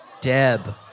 Deb